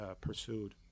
pursued